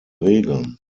regeln